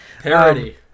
Parody